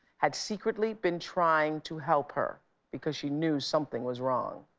had secretly been trying to help her because she knew something was wrong.